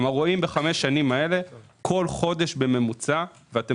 כלומר בחמש השנים האלה רואים שבכל חודש בממוצע ואתם